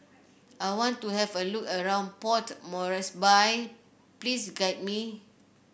I want to have a look around Port Moresby please guide me